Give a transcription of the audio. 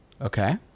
Okay